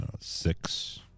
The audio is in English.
six